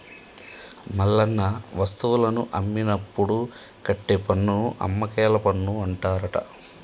మల్లన్న వస్తువులను అమ్మినప్పుడు కట్టే పన్నును అమ్మకేల పన్ను అంటారట